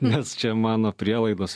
nes čia mano prielaidos